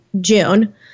June